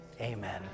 Amen